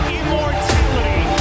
immortality